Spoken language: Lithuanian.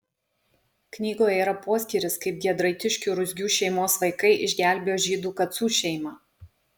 knygoje yra poskyris kaip giedraitiškių ruzgių šeimos vaikai išgelbėjo žydų kacų šeimą